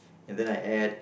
and then I add